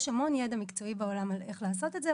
יש המון ידע מקצועי בעולם על איך לעשות את זה,